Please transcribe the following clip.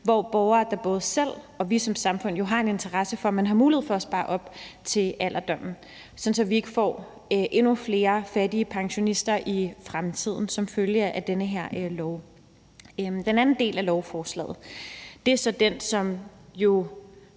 hvor borgere jo selv og vi som samfund har en interesse i, at man har mulighed for at spare op til alderdommen, sådan at vi ikke får endnu flere fattige pensionister i fremtiden som følge af den her lov? Den anden del af lovforslaget er så den, som